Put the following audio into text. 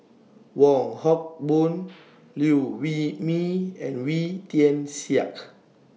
Wong Hock Boon Liew Wee Mee and Wee Tian Siak